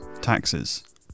taxes